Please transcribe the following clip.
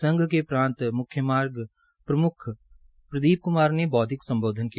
संघ के प्रांत म्ख्यमार्ग प्रम्ख प्रदीप क्मार ने बौद्विक संबोधन किया